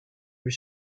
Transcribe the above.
lui